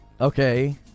Okay